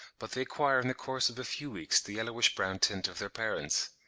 but they acquire in the course of a few weeks the yellowish-brown tint of their parents.